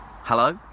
hello